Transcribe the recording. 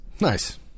Nice